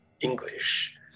English